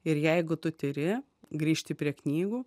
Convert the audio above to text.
ir jeigu tu tiri grįžti prie knygų